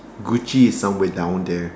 Gucci is somewhere down there